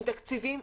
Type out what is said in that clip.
עם תקציבים,